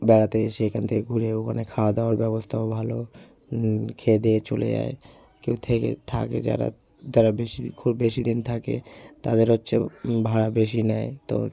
বেড়াতে এসে এখান থেকে ঘুরে ওখানে খাওয়া দাওয়ার ব্যবস্থাও ভালো খেয়ে দেয়ে চলে যায় কেউ থেকে থাকে যারা যারা বেশি খুব বেশি দিন থাকে তাদের হচ্ছে ভাড়া বেশি নেয় তো